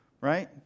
right